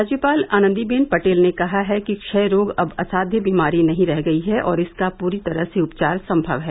राज्यपाल आनंदीबेन पटेल ने कहा है कि क्षय रोग अब असाध्य बीमारी नहीं रह गयी है और इसका पूरी तरह से उपचार संभव है